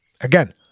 Again